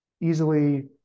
easily